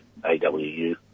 AWU